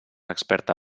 experta